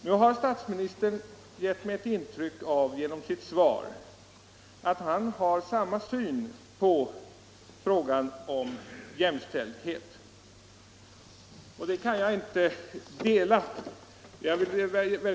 Nu har statsministern genom sitt svar givit mig ett intryck av att - Nr 142 han har samma syn på frågan om jämställdhet som jag här refererat, Torsdagen den en uppfattning som jag alltså inte kan dela.